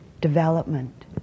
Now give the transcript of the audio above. development